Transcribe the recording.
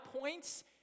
points